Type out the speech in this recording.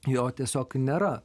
jo tiesiog nėra